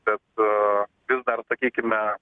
bet vis dar sakykime